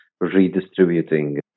redistributing